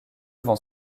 vend